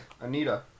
Anita